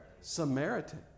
Samaritan